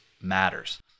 matters